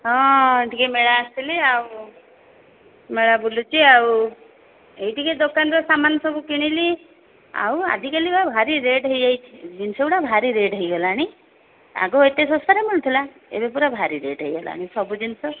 ହଁ ଟିକେ ମେଳା ଆସିଥିଲି ଆଉ ମେଳା ବୁଲୁଛି ଆଉ ଏଇ ଟିକେ ଦୋକାନର ସାମାନ ସବୁ କିଣିଲି ଆଉ ଆଜିକାଲି ତ ଭାରି ରେଟ୍ ହୋଇଯାଇଛି ଜିନିଷ ଗୁଡ଼ା ଭାରି ରେଟ୍ ହୋଇଗଲାଣି ଆଗ ଏତେ ଶସ୍ତାରେ ମିଳୁଥିଲା ଏବେ ପୁରା ଭାରି ରେଟ୍ ହୋଇଗଲାଣି ସବୁ ଜିନିଷ